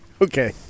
Okay